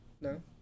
No